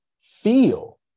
feel